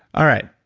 all right.